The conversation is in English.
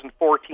2014